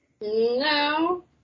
No